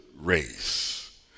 race